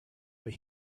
but